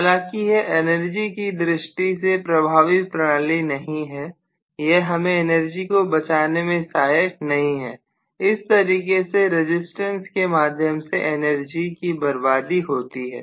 हालांकि यह एनर्जी की दृष्टि से प्रभावी प्रणाली नहीं है यह हमें एनर्जी को बचाने में सहायक नहीं है इस तरीके से रजिस्टेंस के माध्यम से एनर्जी की बर्बादी होती है